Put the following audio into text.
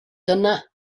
dyna